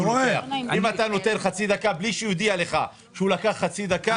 אם אתה נותן חצי דקה בלי שהוא הודיע לך שהוא לקח חצי דקה,